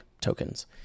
tokens